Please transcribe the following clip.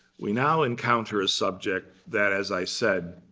we now encounter a subject that, as i said,